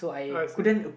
I see